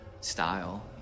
style